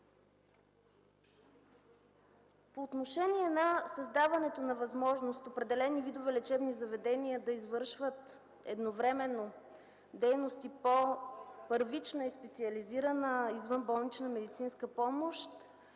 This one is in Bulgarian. По отношение на създаването на възможност определени видове лечебни заведения да извършват едновременно дейности по първична и специализирана извънболнична медицинска помощ,